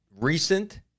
recent